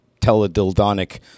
teledildonic